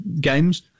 games